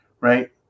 right